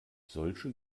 solche